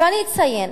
ואני אציין,